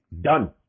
Done